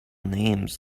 names